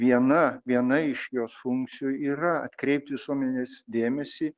viena viena iš jos funkcijų yra atkreipt visuomenės dėmesį